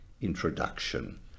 introduction